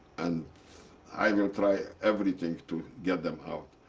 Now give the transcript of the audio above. and i will try everything to get them out.